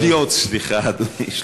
שניות, סליחה, אדוני.